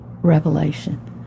revelation